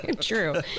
True